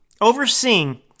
overseeing